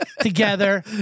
together